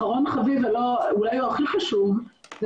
אחרון חביב ואולי הוא החשוב ביותר,